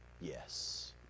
yes